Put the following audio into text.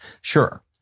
Sure